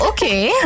Okay